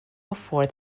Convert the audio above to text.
before